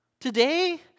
Today